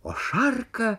o šarka